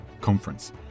Conference